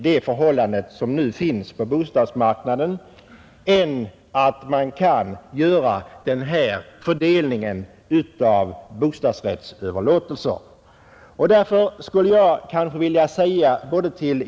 Det förhållande som nu råder på bostadsmarknaden är inte märkvärdigare än så.